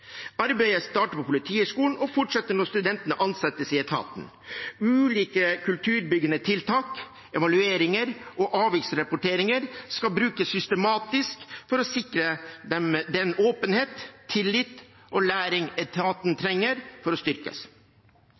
Arbeidet starter på Politihøgskolen og fortsetter når studentene ansettes i etaten. Ulike kulturbyggende tiltak, evalueringer og avviksrapporteringer skal brukes systematisk for å sikre den åpenhet, tillit og læring etaten trenger for å styrkes.